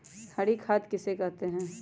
हरी खाद किसे कहते हैं?